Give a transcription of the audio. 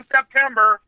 September